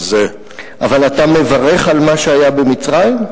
אז, אבל אתה מברך על מה שהיה במצרים?